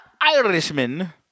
Irishman